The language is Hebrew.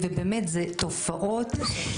בבקשה,